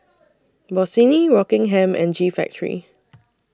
Bossini Rockingham and G Factory